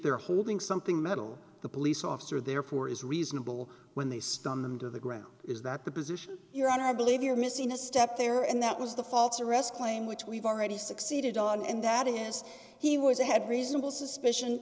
they're holding something metal the police officer therefore is reasonable when they stun them into the ground is that the position your honor i believe you're missing a step there and that was the false arrest claim which we've already succeeded on and that is he was had reasonable suspicion